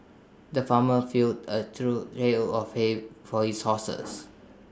the farmer filled A trough hell of hay for his horses